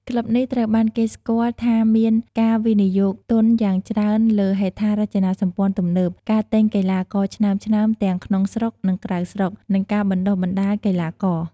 ក្លឹបនេះត្រូវបានគេស្គាល់ថាមានការវិនិយោគទុនយ៉ាងច្រើនលើហេដ្ឋារចនាសម្ព័ន្ធទំនើប ការទិញកីឡាករឆ្នើមៗទាំងក្នុងស្រុក និងក្រៅស្រុក និងការបណ្តុះបណ្តាលកីឡាករ។